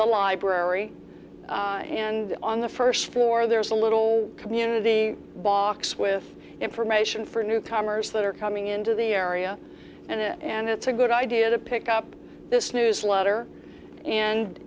the library and on the first floor there's a little community box with information for newcomers that are coming into the area and it's a good idea to pick up this newsletter and